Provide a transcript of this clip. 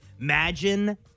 Imagine